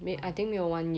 ah